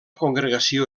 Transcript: congregació